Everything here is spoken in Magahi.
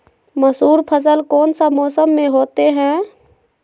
मसूर फसल कौन सा मौसम में होते हैं?